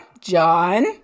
john